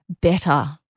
better